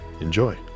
Enjoy